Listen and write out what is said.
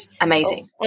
Amazing